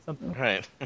Right